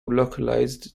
localized